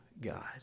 God